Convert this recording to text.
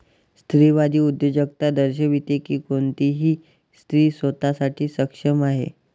स्त्रीवादी उद्योजकता दर्शविते की कोणतीही स्त्री स्वतः साठी सक्षम आहे